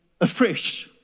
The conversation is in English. afresh